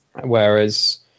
whereas